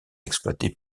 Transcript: exploités